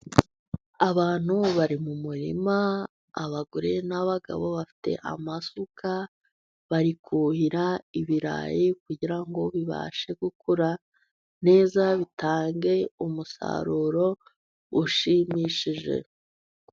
Abantu bari mu murima, abagore n'abagabo bafite amasuka, bari kuhira ibirayi kugira ngo bibashe gukura neza, bitange umusaruro ushimishije.